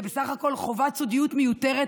זה בסך הכול חובת סודיות מיותר,